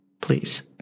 please